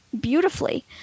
beautifully